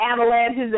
avalanches